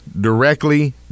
directly